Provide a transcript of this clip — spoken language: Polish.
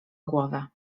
głowę